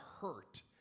hurt